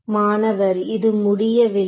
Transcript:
மாணவர் இது முடியவில்லை